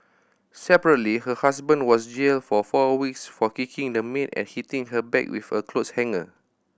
separately her husband was jailed for four weeks for kicking the maid and hitting her back with a cloth hanger